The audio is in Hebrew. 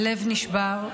הלב נשבר,